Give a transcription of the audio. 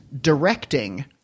directing